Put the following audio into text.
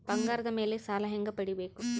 ಬಂಗಾರದ ಮೇಲೆ ಸಾಲ ಹೆಂಗ ಪಡಿಬೇಕು?